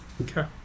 Okay